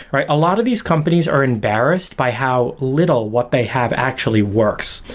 right? a lot of these companies are embarrassed by how little what they have actually works.